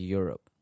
Europe